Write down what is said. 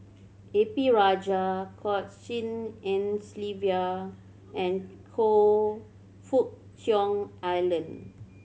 A P Rajah Goh Tshin En Sylvia and Choe Fook Cheong Alan